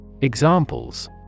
Examples